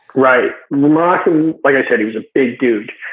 right. the moroccan, like i said he's a big dude.